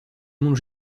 monde